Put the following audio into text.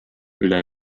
üle